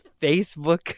facebook